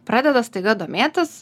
pradeda staiga domėtis